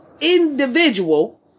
individual